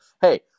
Hey